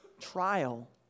Trial